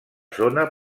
zona